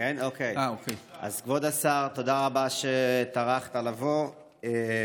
אז כבוד השר, תודה רבה שטרחת לבוא.